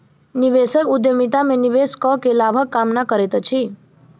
निवेशक उद्यमिता में निवेश कअ के लाभक कामना करैत अछि